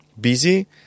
busy